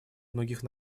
многих